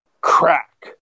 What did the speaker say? crack